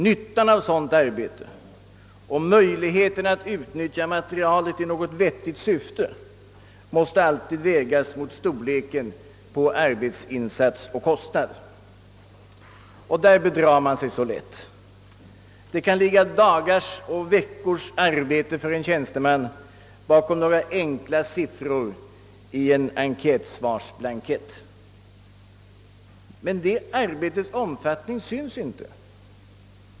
Nyttan av sådant arbete och möjligheterna att utnyttja materialet i något vettigt syfte måste alltid vägas mot storleken på arbetsinsats och kostnad. Där bedrar man sig så lätt. Det kan ligga dagars och veckors arbete för en tjänsteman bakom några enkla siffror i en enkätsvarsblankett. Men detta arbetes omfattning syns inte.